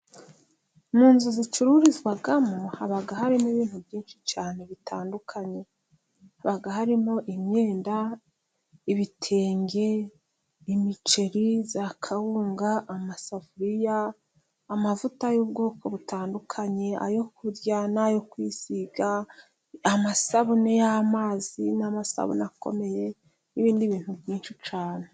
Mu nzu zicururizwamo, haba harimo ibintu byinshi cyane bitandukanye. Haba harimo imyenda; ibitenge, imiceri, za kawunga, amasafuriya, amavuta y'ubwoko butandukanye, ayo ku kurya n'ayo kwisiga, amasabune y'amazi n'amasabune akomeye, n'ibindi bintu byinshi cyane.